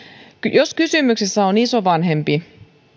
jos kysymyksessä on isovanhempi